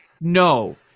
No